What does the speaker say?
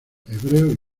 hebreos